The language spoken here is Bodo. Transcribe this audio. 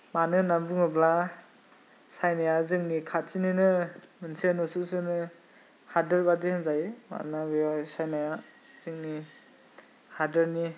मानो होन्ना बुङोब्ला चाइनाया जोंनि खाथिनिनो मोनसे नसुंसेनि हादोर बादि होनजायो मानोना बेयाव चाइनाया हादोरनि